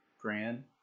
grand